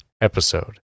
episode